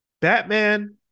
Batman